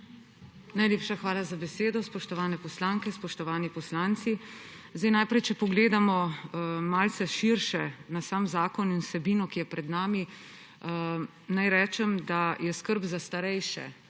Najlepša hvala za besedo. Spoštovane poslanke, spoštovani poslanci! Če pogledamo malce širše na sam zakon in vsebino, ki je pred nami, naj rečem, da je bila skrb za starejše